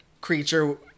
creature